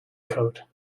coat